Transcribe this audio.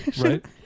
right